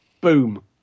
Boom